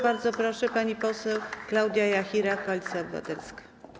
Bardzo proszę, pani poseł Klaudia Jachira, Koalicja Obywatelska.